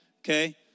Okay